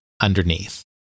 underneath